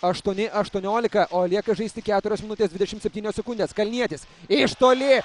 aštuoni aštuoniolika o lieka žaisti keturios minutės dvidešim septynios sekundės kalnietis iš toli